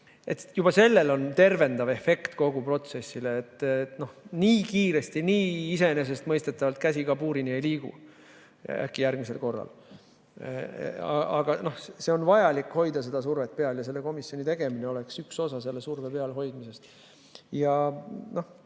on olnud tervendav efekt kogu protsessile, et nii kiiresti ja nii iseenesestmõistetavalt käsi kabuurini äkki ei liigu järgmisel korral. On vajalik hoida seda survet peal ja selle komisjoni tegemine oleks üks osa selle surve peal hoidmisest. Teine